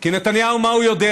כי נתניהו, מה הוא יודע?